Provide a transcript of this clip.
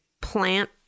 plant